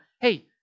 hey